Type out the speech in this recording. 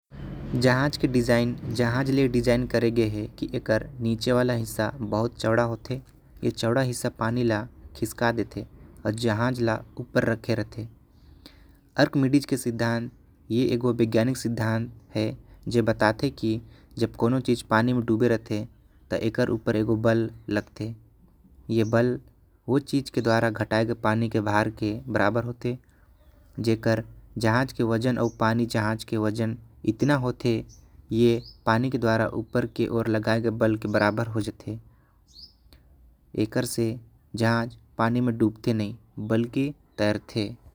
जहाज के डिजाइन जहाज ले करे गये है। की एकर नीचे वाला हिस्सा बहुत बड़ा होते चोदा होते। ए चौड़ा हिस्सा पानी ल खिसका देते आऊ जहाज ल उपर रखे रहते। आर्कमिडीज के सिद्धांत ए एगो वैज्ञानिक हे जे बताते। कीजे कौन चीज पानी म डूबे रहते त एकर उपर एगो बाल लगते। ए बल ओ चीज के घटाई के द्वारा पानी के भार के बराबर होते। जेकर जहाज के वजन आऊ पानी जहाज के वजन इतना होते। की ए पानी के द्वारा लगाए गए बल के बराबर हो जाते। एकर से जहाज पानी म डूबते नई बल्कि तैरते।